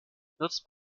nutzt